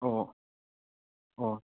ꯑꯣꯑꯣ ꯑꯣ